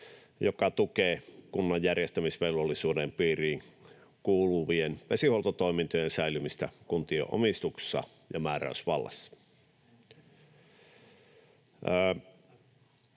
joka tukee kunnan järjestämisvelvollisuuden piiriin kuuluvien vesihuoltotoimintojen säilymistä kuntien omistuksessa ja määräysvallassa.